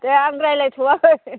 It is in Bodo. दे आं रायज्लायथ'वाखै